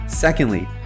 Secondly